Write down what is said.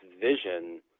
vision